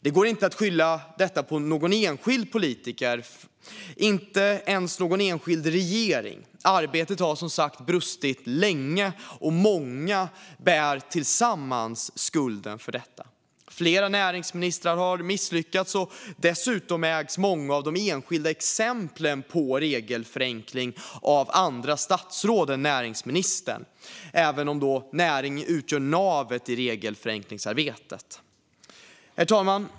Det går inte att skylla detta på någon enskild politiker, och inte ens på någon enskild regering. Arbetet har som sagt brustit länge, och många bär tillsammans skulden för detta. Flera näringsministrar har misslyckats, och dessutom ägs många av de enskilda exemplen på regelförenkling av andra statsråd än näringsministern, även om näringsdepartementet utgör navet i regelförenklingsarbetet. Herr talman!